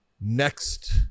next